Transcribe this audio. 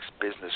business